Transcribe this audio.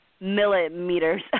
millimeters